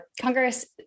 Congress